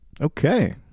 Okay